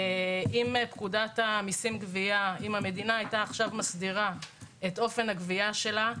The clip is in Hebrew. אם בפקודת המסים (גבייה) המדינה הייתה מסדירה עכשיו את אופן הגבייה שלה,